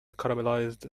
caramelized